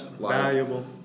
valuable